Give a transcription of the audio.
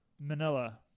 manila